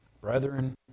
brethren